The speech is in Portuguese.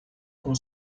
com